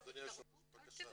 אדוני היושב ראש בבקשה,